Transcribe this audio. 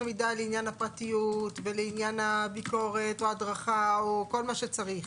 המידה לעניין הפרטיות ולעניין הביקורת או ההדרכה או כל מה שצריך.